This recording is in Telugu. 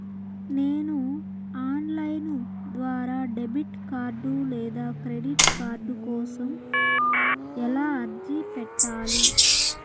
నేను ఆన్ లైను ద్వారా డెబిట్ కార్డు లేదా క్రెడిట్ కార్డు కోసం ఎలా అర్జీ పెట్టాలి?